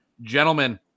gentlemen